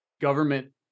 government